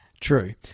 True